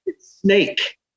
snake